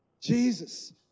Jesus